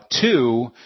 Two